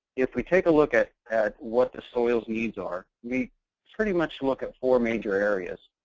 if we take a look at at what the soil's needs are, we pretty much look at four major areas.